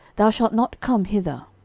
thou shalt not come hither.